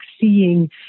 seeing